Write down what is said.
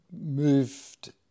Moved